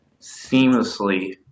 seamlessly